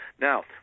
now